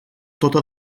tota